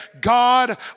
God